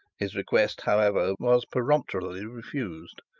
his request, however, was peremptorily refused,